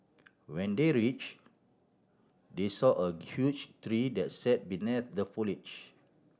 when they reach they saw a huge tree that sat beneath the foliage